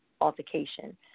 altercation